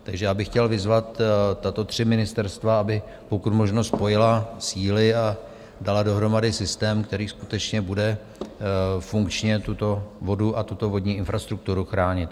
Takže já bych chtěl vyzvat tato tři ministerstva, aby pokud možno spojila síly a dala dohromady systém, který skutečně bude funkčně tuto vodu a tuto vodní infrastrukturu chránit.